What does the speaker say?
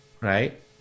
right